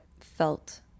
felt